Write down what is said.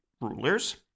rulers